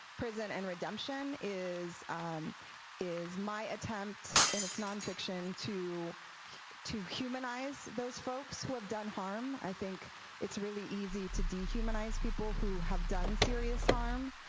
prison, and redemption is is my attempt, and it's nonfiction, to to humanize those folks who have done harm. i think it's really easy to dehumanize people who have done serious harm,